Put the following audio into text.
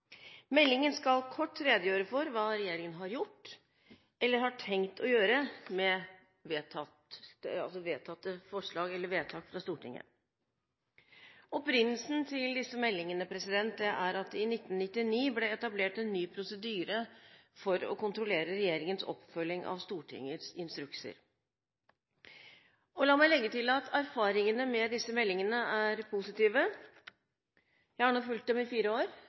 Meldingen skal kort redegjøre for hva regjeringen har gjort eller har tenkt å gjøre med vedtak fra Stortinget. Opprinnelsen til disse meldingene er at det i 1999 ble etablert en ny prosedyre for å kontrollere regjeringens oppfølging av Stortingets instrukser. La meg legge til at erfaringene med disse meldingene er positive. Jeg har nå fulgt dem i fire år,